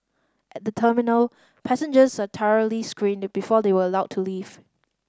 at the terminal passengers are thoroughly screened before they were allowed to leave